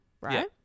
right